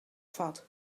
vat